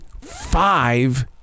five